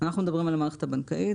אנחנו מדברים על המערכת הבנקאית,